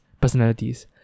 personalities